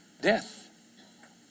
death